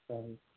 اَہَن حظ